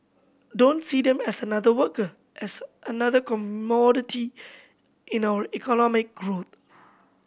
don't see them as another worker as another commodity in our economic growth